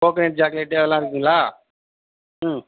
coconut chocolate அதெல்லாம் இருக்குதுங்களா